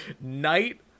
night